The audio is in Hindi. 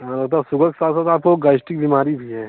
और मतलब सुगर के साथ साथ आपको गैस्ट्रिक बीमारी भी है